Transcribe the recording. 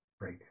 right